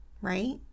right